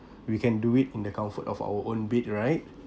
we can do it in the comfort of our own bed right